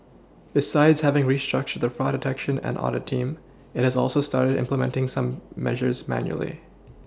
besides having restructured the fraud detection and audit team it has also started implementing some measures manually